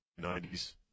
90s